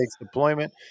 deployment